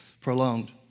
prolonged